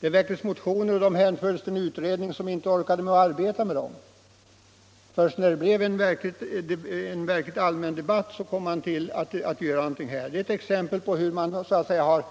Det väcktes motioner, och de hänfördes till en utredning som inte orkade arbeta med dem. Först när det blev en verkligt allmän debatt gjordes det någonting. Det är ett exempel på hur regeringen